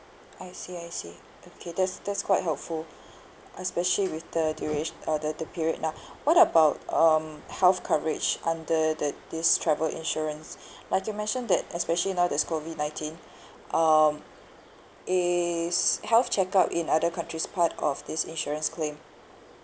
I see I see okay that's that's quite helpful especially with the duratio~ uh the the period now what about um health coverage under the this travel insurance like you mentioned that especially now there's COVID nineteen um is health checkup in other countries part of this insurance claim